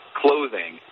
clothing